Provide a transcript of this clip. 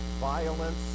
violence